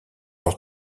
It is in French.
leur